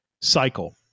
cycle